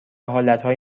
حالتهای